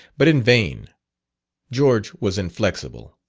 but in vain george was inflexible.